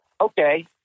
Okay